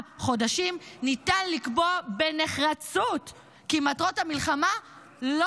חודשים ניתן לקבוע בנחרצות כי מטרות המלחמה לא